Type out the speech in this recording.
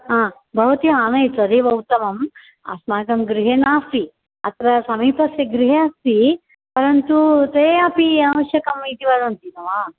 हा भवती आनयतु तदेव उत्तमम् अस्माकं गृहे नास्ति अत्र समीपस्य गृहे अस्ति परन्तु ते अपि अवश्यकम् इति वदन्ति न वा